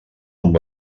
amb